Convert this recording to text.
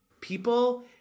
people